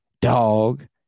Dog